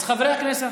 אז חברי הכנסת,